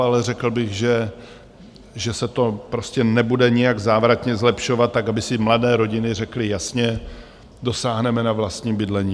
Ale řekl bych, že se to prostě nebude nijak závratně zlepšovat, tak aby si mladé rodiny řekly jasně, dosáhneme na vlastní bydlení.